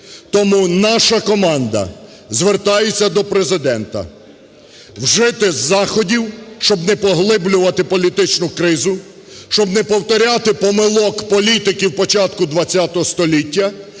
Тому наша команда звертається до Президента вжити заходів, щоб не поглиблювати політичну кризу, щоб не повторяти помилок політиків початку ХХ століття,